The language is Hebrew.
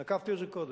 נקבתי את זה קודם.